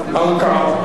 ערכּאה.